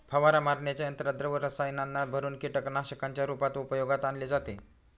फवारा मारण्याच्या यंत्रात द्रव रसायनांना भरुन कीटकनाशकांच्या रूपात उपयोगात आणले जाते